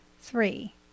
Three